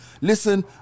listen